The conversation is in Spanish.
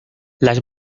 las